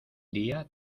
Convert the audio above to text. día